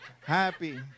happy